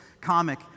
comic